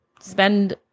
spend